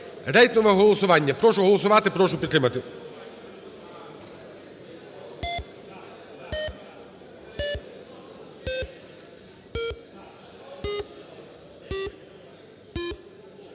Рейтингове голосування. Прошу голосувати. Прошу підтримати.